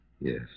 Yes